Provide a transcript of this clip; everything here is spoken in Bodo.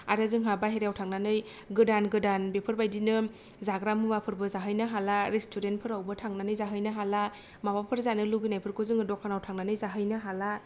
आरो जोंहा बाहेरायाव थांनानै गोदान गोदान बेफोरबायदिनो जाग्रा मुवाफोरबो जाहैनो हाला रेस्टुरेन्तफोरावबो थांनानै जाहैनो हाला माबाफोर जानो लुगैनायफोरखौ जोङो दखानाव थांनानै जाहैनो हाला